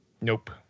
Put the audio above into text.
Nope